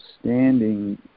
standing